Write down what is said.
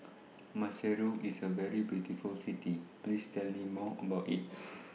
Maseru IS A very beautiful City Please Tell Me More about IT